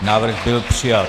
Návrh byl přijat.